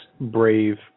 Brave